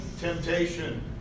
temptation